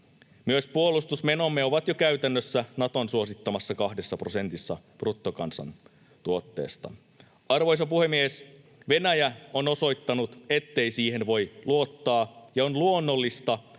Myös puolustusmenomme ovat jo käytännössä Naton suosittamassa kahdessa prosentissa bruttokansantuotteesta. Arvoisa puhemies! Venäjä on osoittanut, ettei siihen voi luottaa, ja on luonnollista,